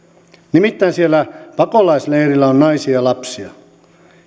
nimittäin siellä pakolaisleirillä on naisia ja lapsia